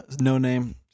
no-name